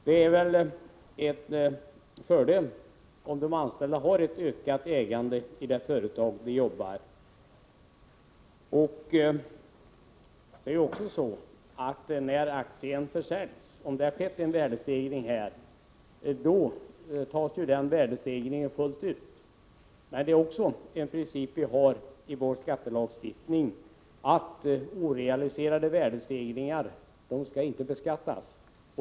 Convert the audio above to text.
Det är väl en fördel om de anställda har ett ökat ägande i de företag där de jobbar. Om det har skett en värdestegring när aktierna säljs beskattas realisationsvinsten. Men det är en princip i vår skattelagstiftning att orealiserade värdestegringar inte skall beskattas.